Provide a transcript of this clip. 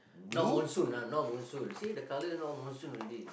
now monsoon ah now monsoon you see the color now monsoon already